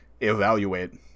evaluate